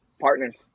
partners